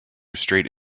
straight